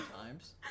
times